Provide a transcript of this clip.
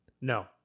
No